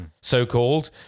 so-called